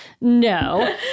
No